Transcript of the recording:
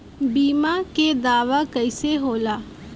बीमा के दावा कईसे होला?